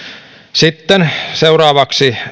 sitten seuraavaksi